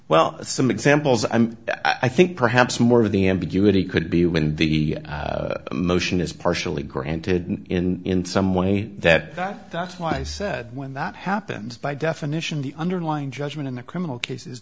well some examples i'm i think perhaps more of the ambiguity could be when the motion is partially granted in some way that that's why i said when that happens by definition the underlying judgement in the criminal case